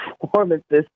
performances